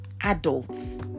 adults